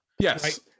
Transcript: yes